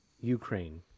Ukraine